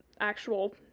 actual